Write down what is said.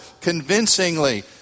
convincingly